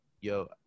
yo